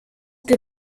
que